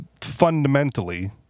fundamentally